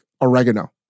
oregano